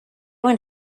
went